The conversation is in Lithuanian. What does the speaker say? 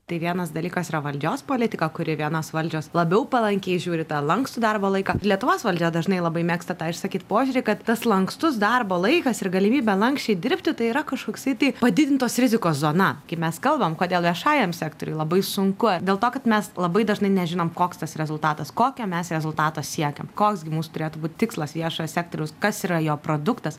tai vienas dalykas yra valdžios politika kuri vienos valdžios labiau palankiai žiūri į tą lankstų darbo laiką lietuvos valdžia dažnai labai mėgsta tą išsakyt požiūrį kad tas lankstus darbo laikas ir galimybė lanksčiai dirbti tai yra kažkoksai tai padidintos rizikos zona kai mes kalbam kodėl viešajam sektoriui labai sunku dėl to kad mes labai dažnai nežinom koks tas rezultatas kokio mes rezultato siekiam koks gi mūsų turėtų būt tikslas viešojo sektoriaus kas yra jo produktas